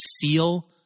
feel